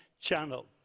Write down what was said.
channel